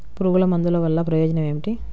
పురుగుల మందుల వల్ల ప్రయోజనం ఏమిటీ?